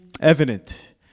evident